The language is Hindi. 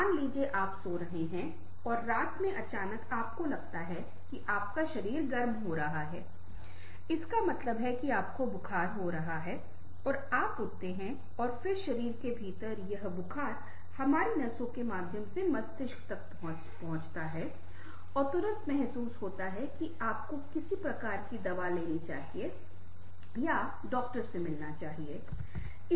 मान लीजिए आप सो रहे हैं और रात में अचानक आपको लगता है कि आपका शरीर गर्म हो रहा है इसका मतलब है कि आपको बुखार हो रहा है और आप उठते हैं और फिर शरीर के भीतर यह बुखार हमारी नसों के माध्यम से मस्तिष्क तक पहुँचाया जाता है और तुरंत महसूस होता है कि आपको किसी प्रकार की दवा लेनी चाहिए या आप डॉक्टर से मिल सकते हैं